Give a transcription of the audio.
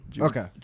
Okay